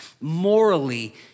morally